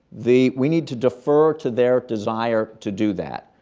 the we need to defer to their desire to do that.